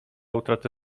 utratę